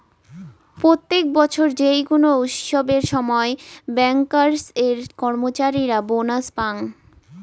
প্রত্যেক বছর যেই কোনো উৎসবের সময় ব্যাংকার্স এর কর্মচারীরা বোনাস পাঙ